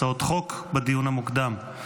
הצעות חוק בדיון המוקדם.